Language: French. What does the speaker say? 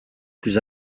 plus